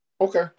Okay